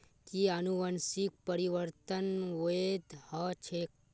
कि अनुवंशिक परिवर्तन वैध ह छेक